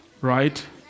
right